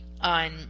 on